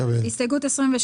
שם הסעיפים שלי וגם של אורית.